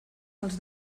els